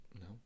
No